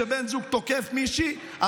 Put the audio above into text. כשבן זוג תוקף מישהי,